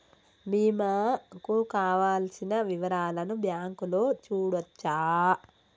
బీమా కు కావలసిన వివరాలను బ్యాంకులో చూడొచ్చా?